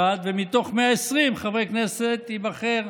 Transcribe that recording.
"אנו קוראים לאומות המאוחדות לתת יד לעם היהודי בבניין